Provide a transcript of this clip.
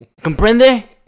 Comprende